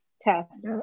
test